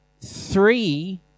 three